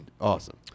awesome